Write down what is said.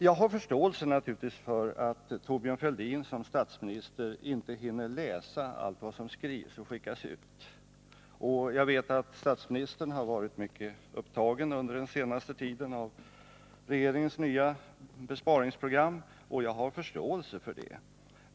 Jag har naturligtvis förståelse för att Thorbjörn Fälldin som statsminister inte hinner läsa allt vad som skrivs och skickas ut. Jag vet också att statsministern har varit mycket upptagen under den senaste tiden av regeringens nya besparingsprogram, och jag har förståelse för det.